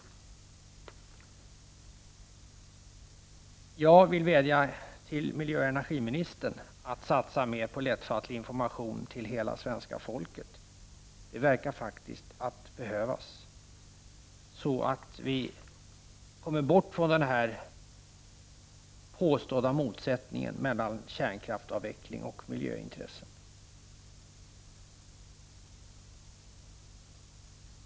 Jag vill vädja till miljöoch energiministern att satsa mer på lättfattlig information till hela svenska folket — det verkar faktiskt behövas — så att vi kommer bort från den påstådda motsättningen mellan kärnkraftsavvecklingen och miljöintresset.